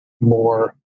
more